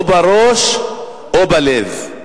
או בראש או בלב.